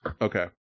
Okay